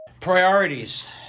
Priorities